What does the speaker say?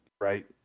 right